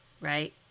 right